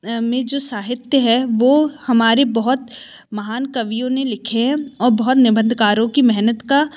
में जो साहित्य है वो हमारे बहुत कवियों ने लिखे और बहुत निबंधकारों की मेहनत का